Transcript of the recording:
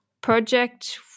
project